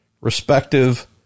respective